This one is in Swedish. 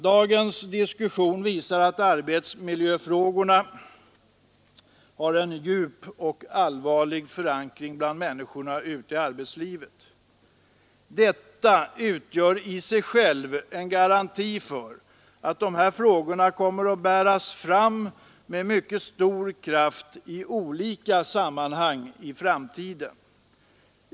Dagens diskussion visar att arbetsmiljöfrågorna har en djup och allvarlig förankring bland människorna ute i arbetslivet. Detta utgör i sig självt en garanti för att de här frågorna kommer att bäras fram med mycket stor kraft i olika sammanhang i framtiden.